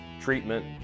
treatment